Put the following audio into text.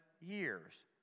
years